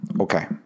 Okay